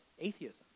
atheism